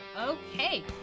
Okay